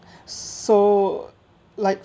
so like